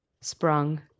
sprung